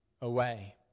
away